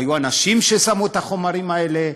היו אנשים ששמו את החומרים האלה,